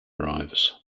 arrives